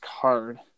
card